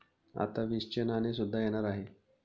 आता वीसचे नाणे सुद्धा येणार आहे